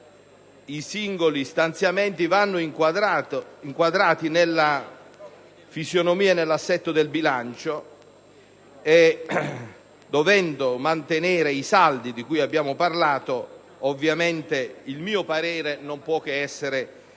i singoli stanziamenti vanno inquadrati nella fisionomia e nell'assetto del bilancio e, dovendo mantenere i saldi (di cui abbiamo parlato) il mio parere non può che essere